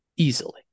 Easily